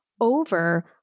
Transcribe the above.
over